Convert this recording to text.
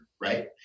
right